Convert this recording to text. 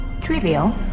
Trivial